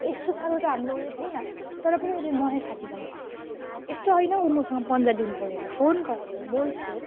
यस्तो साह्रो त हाम्रो उयो थिएन तर पनि उसले नयाँ साथी बनाइसकेको थियो यस्तो होइन ऊ मसँग पन्ध्र दिन बोलेन फोन गर्थ्यो बोल्थ्यो